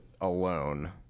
alone